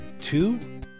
two